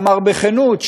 אמר בכנות,